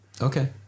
Okay